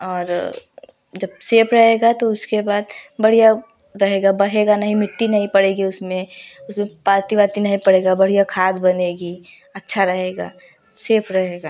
और जब सेफ रहेगा तो उसके बाद बढ़िया रहेगा बहेगा नहीं मिट्टी नहीं पड़ेगी उसमें उसमें पाती वाती नही पड़ेगा बढ़िया खाद बनेगी अच्छा रहेगा सेफ रहेगा